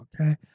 okay